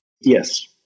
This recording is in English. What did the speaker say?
yes